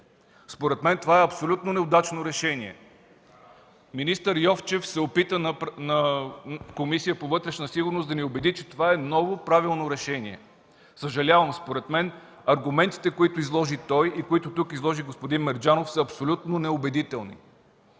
Според мен това е абсолютно неудачно решение. Министър Йовчев се опита на Комисия по вътрешна сигурност да ни убеди, че това е ново, правилно решение. Съжалявам. Според мен аргументите, които изложи той и които тук изложи господин Мерджанов, са абсолютно неубедителни.